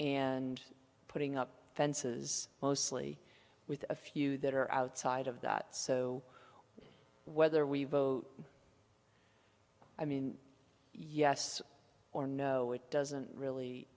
and putting up fences mostly with a few that are outside of that so whether we vote i mean yes or no it doesn't really